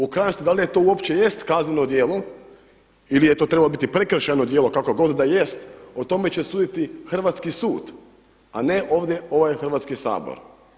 U krajnosti da li to uopće jest kazneno djelo ili je to trebalo biti prekršajno djelo kako god da jest o tome će suditi hrvatski sud, a ne ovdje ovaj Hrvatski sabor.